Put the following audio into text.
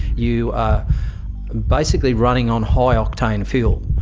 you are basically running on high octane fuel.